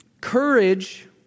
courage